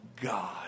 God